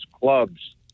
clubs